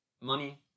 Money